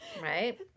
right